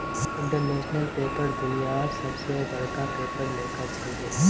international Paper दुनियार सबस बडका पेपर मेकर छिके